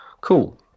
cool